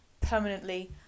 permanently